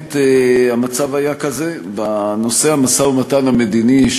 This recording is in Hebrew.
הקודמת המצב היה כזה: בנושא המשא-ומתן המדיני,